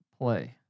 play